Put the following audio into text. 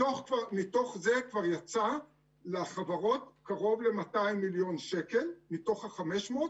מתוך זה כבר יצא לחברות קרוב ל-200 מיליון שקל מתוך ה-500 מיליון שקלים.